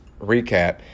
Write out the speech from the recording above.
Recap